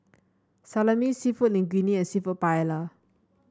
Salami seafood Linguine and seafood Paella